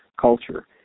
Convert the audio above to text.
culture